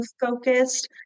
focused